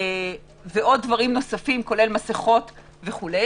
ועוד דברים נוספים כולל מסכות וכו',